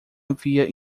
havia